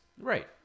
Right